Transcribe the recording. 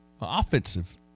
offensive